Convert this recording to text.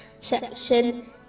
section